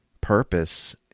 purpose